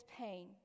pain